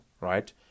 right